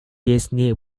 disney